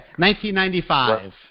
1995